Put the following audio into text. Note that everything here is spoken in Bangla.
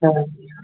হ্যাঁ